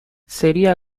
sería